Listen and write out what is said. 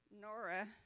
Nora